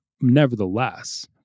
Nevertheless